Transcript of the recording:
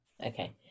okay